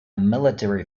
military